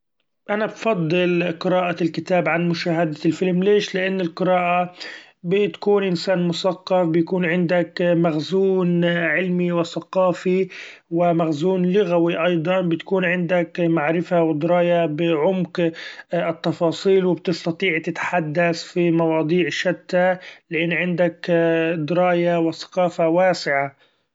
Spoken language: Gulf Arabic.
أنا بفضل قراءة الكتاب عن مشاهدة الفيلم ليش ؟لإن القراءة بتكون إنسإن مثقف ، بيكون عندك مخزون علمي وثقافي ومخزون لغوي، أيضا بتكون عندك معرفة ودرأية بعمق التفاصيل، وبتسطيع تتحدث بمواضيع شتى لإن عندك درأية وثقافة واسعة.